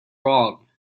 wrong